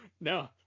no